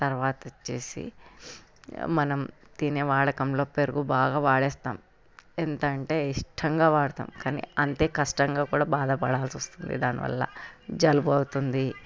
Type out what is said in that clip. తర్వాత వచ్చి మనం తినే వాడకంలో పెరుగు బాగా వాడేస్తాం ఎంత అంటే ఇష్టంగా వాడుతాం కానీ అంతే కష్టంగా కూడా బాధపడాల్సి వస్తుంది దానివల్ల జలుబు అవుతుంది